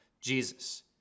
Jesus